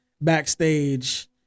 backstage